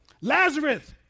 Lazarus